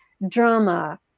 drama